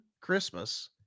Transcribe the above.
Christmas